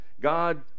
God